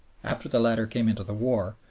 after the latter came into the war,